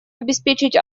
обеспечить